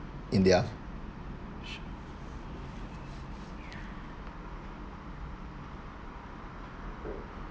in the